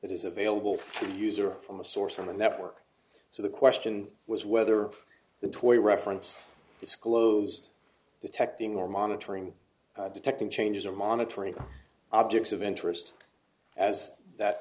that is available to the user from a source on the network so the question was whether the twenty reference disclosed detecting or monitoring detecting changes or monitoring objects of interest as that